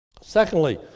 Secondly